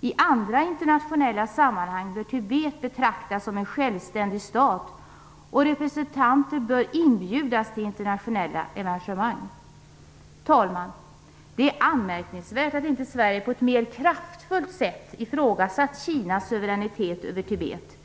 I andra internationella sammanhang bör Tibet betraktas som en självständig stat, och representanter bör inbjudas till internationella arrangemang. Herr talman! Det är anmärkningsvärt att Sverige inte på ett mer kraftfullt sätt ifrågasatt Kinas suveränitet över Tibet.